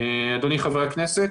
אדוני חבר הכנסת,